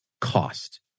cost